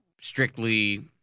strictly